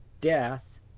death